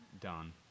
done